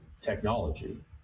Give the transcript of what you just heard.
technology